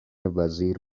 وزیر